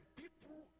people